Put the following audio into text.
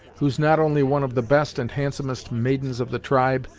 who's not only one of the best and handsomest maidens of the tribe,